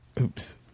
Oops